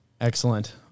Excellent